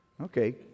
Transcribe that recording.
Okay